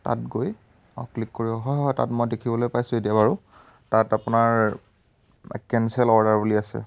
তাত গৈ অঁ ক্লিক কৰিব হয় হয় তাত মই দেখিবলৈ পাইছোঁ এতিয়া বাৰু তাত আপোনাৰ কেনচেল অৰ্ডাৰ বুলি আছে